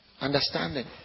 understanding